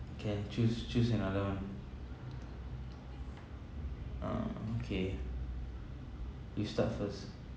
can choose choose another one uh okay you start first